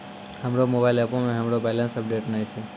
हमरो मोबाइल एपो मे हमरो बैलेंस अपडेट नै छै